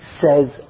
says